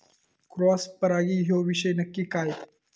Cross परागी ह्यो विषय नक्की काय?